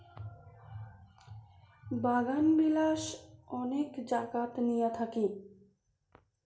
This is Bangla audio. বাগানবিলাস অনেক জাগাত নিয়া থাকি